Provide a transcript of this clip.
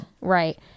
right